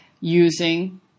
using